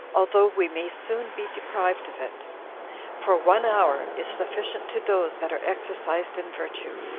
although we may soon be deprived of it for one hour is sufficient to those that are exercised in virtue,